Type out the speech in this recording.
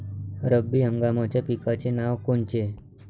रब्बी हंगामाच्या पिकाचे नावं कोनचे?